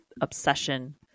obsession